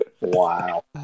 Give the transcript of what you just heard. Wow